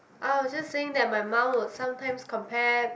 oh I was just saying that my mum would sometimes compare